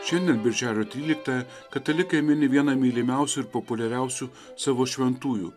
šiandien birželio tryliktąją katalikai mini vieną mylimiausių ir populiariausių savo šventųjų